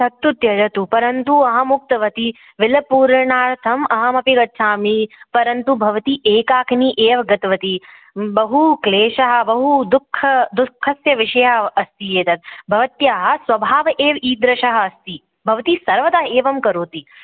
तत्तु त्यजतु परन्तु अहम् उक्तवती विलपूर्णार्थम् अहम् अपि गच्छामि परन्तु भवती एकाकिनी एव गतवती बहुक्लेशः बहुदुःख दुःखस्य विषयः अस्ति एतद् भवत्याः स्वभावः एव ईदृशः अस्ति भवती सर्वदा एवं करोति